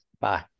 Bye